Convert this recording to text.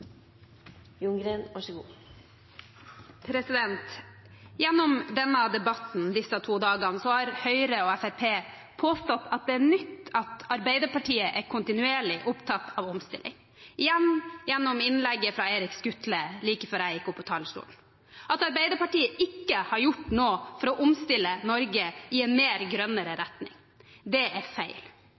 nytt at Arbeiderpartiet er kontinuerlig opptatt av omstilling – igjen gjennom innlegget fra Erik Skutle like før jeg gikk opp på talerstolen. At Arbeiderpartiet ikke har gjort noe for å omstille Norge i en grønnere retning, er feil.